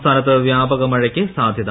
സംസ്ഥാനത്ത് വ്യാപക മഴയ്ക്ക് സാധ്യത